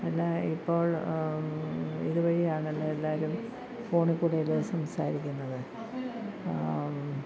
എല്ലാ ഇപ്പോൾ ഇതു വഴിയാണല്ലോ എല്ലാവരും ഫോണിൽ കൂടിയല്ലേ സംസാരിക്കുന്നത്